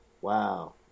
wow